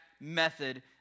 method